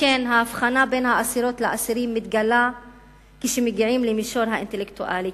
שכן ההבחנה בין האסירות לאסירים מתגלה כשמגיעים למישור האינטלקטואלי.